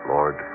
Lord